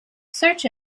search